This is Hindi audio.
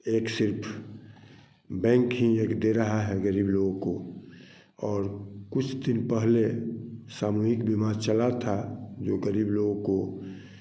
एक सिर्फ बैंक ही दे रहा है गरीब लोगों को और कुछ दिन पहले सामूहिक बीमा चला था जो गरीब लोगों को